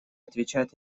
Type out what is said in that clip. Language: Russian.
отвечает